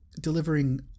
delivering